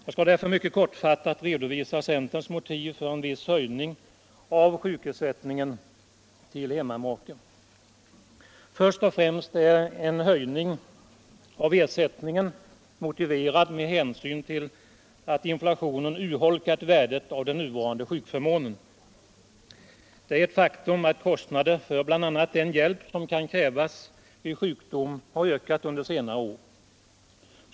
Jag skall därför mycket kortfattat redovisa centerns motiv för en viss höjning av sjukersättningen till hemmamake. Först och främst är en höjning av ersättningen motiverad med hänsyn till att inflationen urholkat värdet av den nuvarande sjukförmånen. Det är ett faktum att kostnader för bl.a. den hjälp som kan krävas vid sjukdom har ökat under senare år.